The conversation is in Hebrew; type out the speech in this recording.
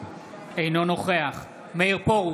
אינו נוכח מאיר פרוש,